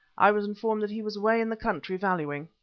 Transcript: i was informed that he was away in the country valuing.